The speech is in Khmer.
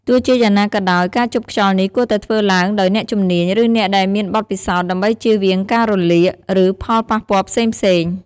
ទោះបីជាយ៉ាងណាក៏ដោយ ការជប់ខ្យល់នេះគួរតែធ្វើឡើងដោយអ្នកជំនាញ ឬអ្នកដែលមានបទពិសោធន៍ ដើម្បីចៀសវាងការរលាក ឬផលប៉ះពាល់ផ្សេងៗ។